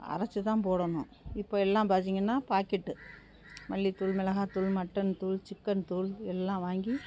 அரைச்சு தான் போடணும் இப்போ எல்லாம் பார்த்தீங்கனா பாக்கெட்டு மல்லித் தூள் மிளகா தூள் மட்டன் தூள் சிக்கன் தூள் எல்லாம் வாங்கி